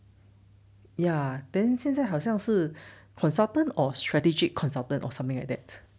ya then 现在好像是 consultant or strategic consultant or something like that